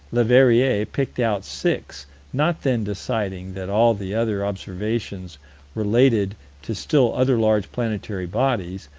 leverrier picked out six not then deciding that all the other observations related to still other large, planetary bodies,